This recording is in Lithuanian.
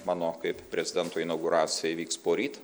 mano kaip prezidento inauguracija įvyks poryt